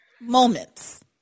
moments